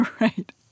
right